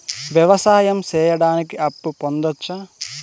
వ్యవసాయం సేయడానికి అప్పు పొందొచ్చా?